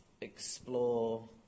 explore